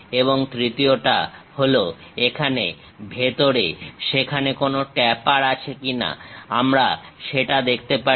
এবং তৃতীয়টা হলো এখানে ভেতরে সেখানে কোনো ট্যাপার আছে কিনা আমরা সেটা দেখতে পারি